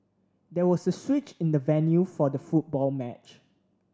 there was a switch in the venue for the football match